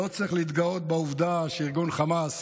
ולא צריך להתגאות בעובדה שארגון חמאס